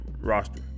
roster